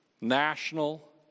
national